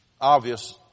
obvious